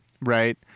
Right